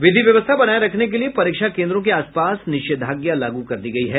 विधि व्यवस्था बनाये रखने के लिए परीक्षा केन्द्रों के आस पास निषेधाज्ञा लागू कर दी गयी है